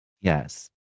yes